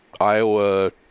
Iowa